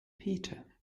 peter